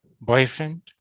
boyfriend